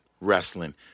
wrestling